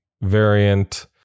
variant